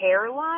hairline